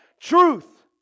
truth